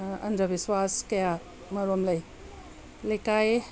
ꯑꯟꯗ꯭ꯔꯕꯤꯁ꯭ꯋꯥꯁ ꯀꯌꯥꯃꯔꯨꯝ ꯂꯩ ꯂꯩꯀꯥꯏ